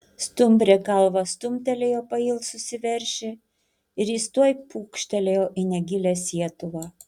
stumbrė galva stumtelėjo pailsusį veršį ir jis tuoj pūkštelėjo į negilią sietuvą